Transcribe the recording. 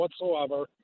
whatsoever